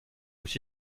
aussi